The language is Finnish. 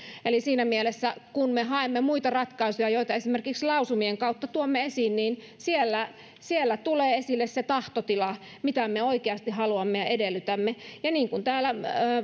eli siinä mielessä kun me haemme muita ratkaisuja joita esimerkiksi lausumien kautta tuomme esiin niin siellä siellä tulee esille se tahtotila se mitä me oikeasti haluamme ja edellytämme ja niin kuin täällä